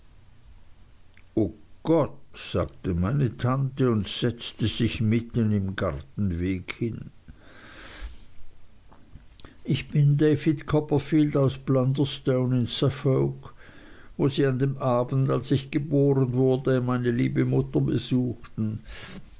o gott sagte meine tante und setzte sich mitten im gartenweg hin ich bin david copperfield aus blunderstone in suffolk wo sie an dem abend als ich geboren wurde meine liebe mutter besuchten